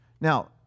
Now